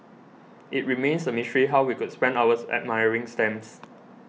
it remains a mystery how we could spend hours admiring stamps